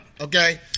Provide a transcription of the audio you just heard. Okay